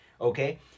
Okay